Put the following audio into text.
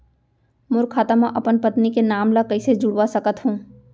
मोर खाता म अपन पत्नी के नाम ल कैसे जुड़वा सकत हो?